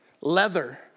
leather